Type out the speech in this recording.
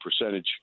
percentage